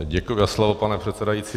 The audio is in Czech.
Děkuji za slovo, pane předsedající.